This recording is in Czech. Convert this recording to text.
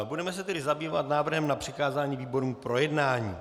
Budeme se tedy zabývat návrhem na přikázání výborům k projednání.